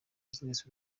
business